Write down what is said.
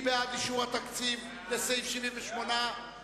מי בעד אישור התקציב לסעיף 78 ל-2009?